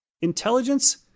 intelligence